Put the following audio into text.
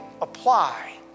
apply